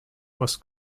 was